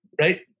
Right